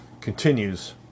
continues